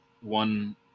one